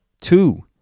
two